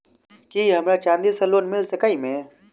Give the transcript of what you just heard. की हमरा चांदी सअ लोन मिल सकैत मे?